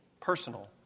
personal